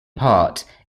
part